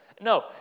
No